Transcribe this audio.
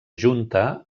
junta